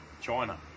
China